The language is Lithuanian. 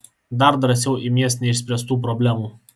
dar drąsiau imies neišspręstų problemų